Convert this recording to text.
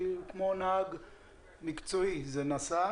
זה נעשה